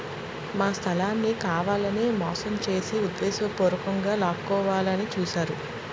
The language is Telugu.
నా స్థలాన్ని కావాలనే మోసం చేసి ఉద్దేశపూర్వకంగా లాక్కోవాలని చూశారు